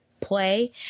play